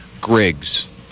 Griggs